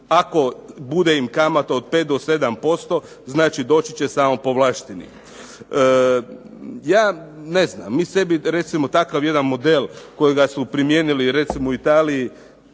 ako bude im kamata od 5 do 7%, znači doći će samo povlašteni. Ja ne znam, mi sebi recimo takav jedan model kojega su primijenili recimo u Italiji,